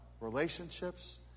relationships